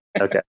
Okay